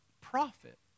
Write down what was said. profit